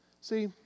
See